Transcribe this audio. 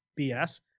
BS